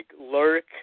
lurk